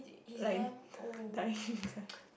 like dying kind